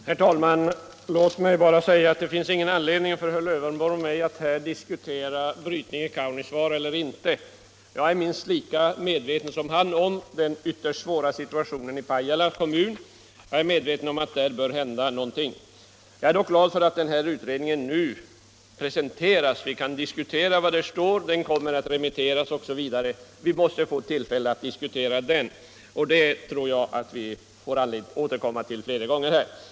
Herr talman! Det finns ingen anledning för herr Lövenborg och mig att här diskutera brytning eller inte brytning i Kaunisvaara. Jag är minst lika medveten som herr Lövenborg om den ytterst svåra situationen i Pajala och anser också att där bör det hända någonting. Och jag är glad över att en undersökning nu har gjorts av förutsättningarna för en sådan brytning och att resultaten av undersökningen nu kommer att gå ut på remiss, så att vi kan diskutera dem. Vi får säkert anledning återkomma flera gånger till vad den utredningen har kommit fram till.